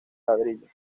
ladrillo